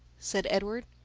said edward.